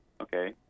Okay